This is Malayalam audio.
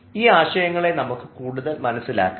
ഈ ആശയങ്ങളെ നമുക്ക് കൂടുതൽ മനസ്സിലാക്കാം